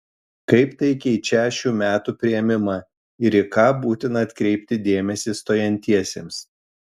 kaip tai keičią šių metų priėmimą ir į ką būtina atkreipti dėmesį stojantiesiems